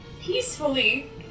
peacefully